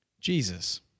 Jesus